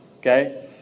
Okay